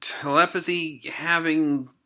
telepathy-having